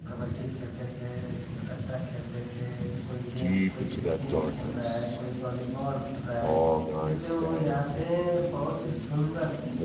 कबड्डी खेलते थे बरकट्टा खेलते थे कोई गेम कोई क्रिकेट खेल रहा है कोई वॉलीबॉल खेल रहा है इसलिए वो यादें बहुत ही सुन्दर थीं